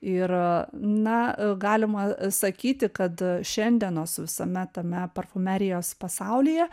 ir na galima sakyti kad šiandienos visame tame parfumerijos pasaulyje